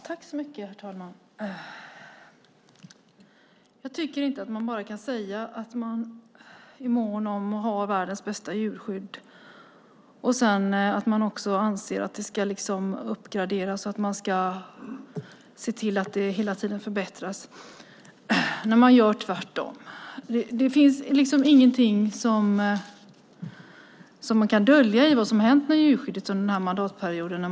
Herr talman! Jag tycker inte att man bara kan säga att man är mån om att ha världens bästa djurskydd och att det ska uppgraderas så att man ser till att det hela tiden förbättras när man gör tvärtom. Det finns ingenting som man kan dölja i fråga om vad som har hänt med djurskyddet under den här mandatperioden.